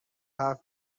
هفت